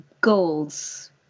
goals